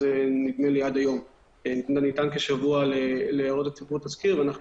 ניתן כשבוע להערות הציבור על התזכיר ושבוע זה מסתיים היום.